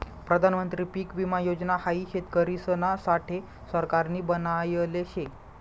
प्रधानमंत्री पीक विमा योजना हाई शेतकरिसना साठे सरकारनी बनायले शे